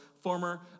Former